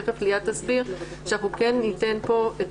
תכף ליאת תסביר שאנחנו כן ניתן פה את